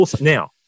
Now